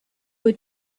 were